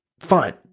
fine